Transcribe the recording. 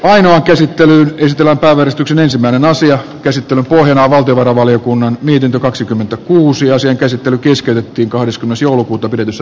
ainoa käsittelyyn ystävänpäiväistyksen ensimmäinen asia ja käsittelyn pohjana on valtiovarainvaliokunnan mietintö kaksikymmentäkuusi ja sen käsittely keskeytettiin kahdeskymmenes joulukuuta pidetyssä